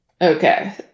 Okay